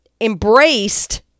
embraced